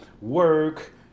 work